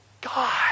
God